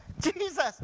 Jesus